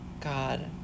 God